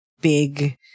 big